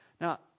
Now